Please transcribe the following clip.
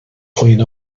clean